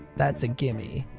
that's a gimme.